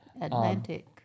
Atlantic